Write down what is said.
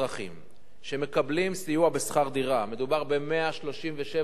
שמקבלים סיוע בשכר דירה, מדובר ב-137,000 משפחות,